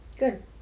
Good